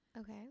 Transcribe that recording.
Okay